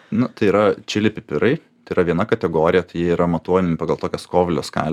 nu tai yra čili pipirai tai yra viena kategorija tai jie yra matuojant pagal tokią skovlio ska